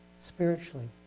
spiritually